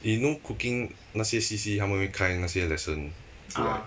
you know cooking 那些 C_C 他们会开那些 lesson 的 right